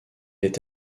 est